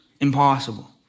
impossible